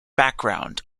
background